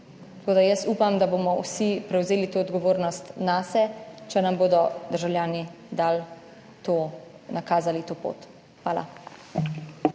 Tako, da jaz upam, da bomo vsi prevzeli to odgovornost nase, če nam bodo državljani dali to, nakazali to pot. Hvala.